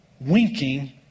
winking